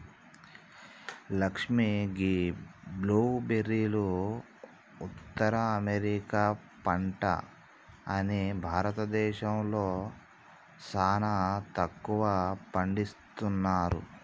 లక్ష్మీ గీ బ్లూ బెర్రీలు ఉత్తర అమెరికా పంట అని భారతదేశంలో సానా తక్కువగా పండిస్తున్నారు